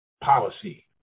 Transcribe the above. policy